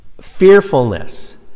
fearfulness